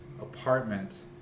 apartment